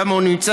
שם הוא נמצא,